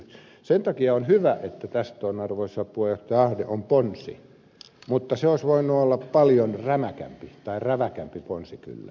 sen takia on hyvä että tästä on arvoisa puheenjohtaja ahde ponsi mutta se olisi voinut olla paljon räväkämpi ponsi kyllä